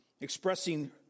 expressing